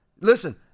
Listen